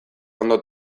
ondo